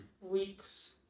weeks